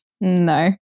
no